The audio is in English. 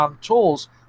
tools